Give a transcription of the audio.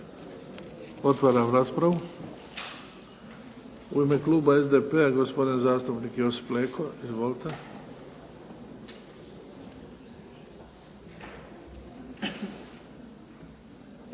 Otvaram raspravu. U ime kluba SDP-a gospodin zastupnik Josip Leko. Izvolite.